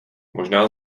možná